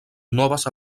noves